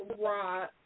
right